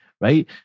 right